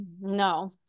no